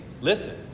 listen